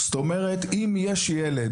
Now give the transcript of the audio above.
זאת אומרת, אם יש ילד